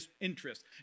interest